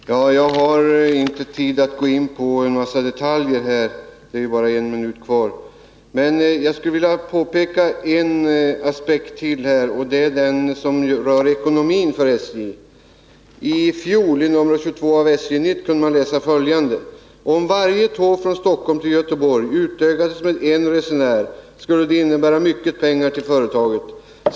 Herr talman! Jag har inte tid att nu gå in på detaljer — jag har bara en minut till förfogande. Jag skulle emellertid vilja peka på ytterligare en aspekt, nämligen den som rör SJ:s ekonomi. I nr 22 av SJ-nytt i fjol kunde man läsa följande: ”Om varje tåg från Stockholm till Göteborg utökades med en resenär skulle det innebära mycket pengar för företaget.